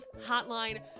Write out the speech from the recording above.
hotline